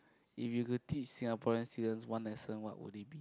if you could teach Singaporean students one lesson what would it be